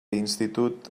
institut